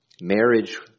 Marriage